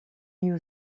new